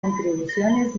contribuciones